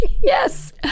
Yes